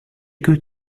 could